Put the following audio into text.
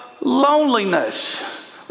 loneliness